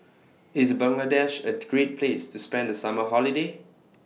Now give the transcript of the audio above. IS Bangladesh A Great Place to spend The Summer Holiday